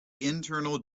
internal